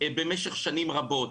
במשך שנים רבות.